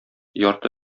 ярты